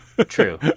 True